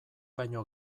baino